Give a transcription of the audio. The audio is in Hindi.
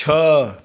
छः